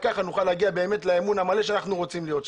כך נוכל להגיע לאמון המלא שאנחנו רוצים להיות בו.